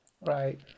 right